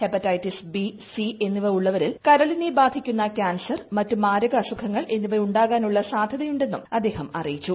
hepatitis B C എന്നിവ ഉള്ളവരിൽ കരളിനെ ബാധിക്കുന്ന ക്യാൻസർ മറ്റു മാരക അസുഖങ്ങൾ എന്നിവ ഉണ്ടാകാനുള്ള സാധ്യതയുണ്ടെന്നും അദ്ദേഹം അറിയിച്ചു